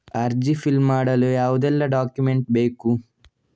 ಅರ್ಜಿ ಫಿಲ್ ಮಾಡಲು ಯಾವುದೆಲ್ಲ ಡಾಕ್ಯುಮೆಂಟ್ ಬೇಕು?